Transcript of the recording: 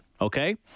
okay